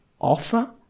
offer